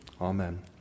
Amen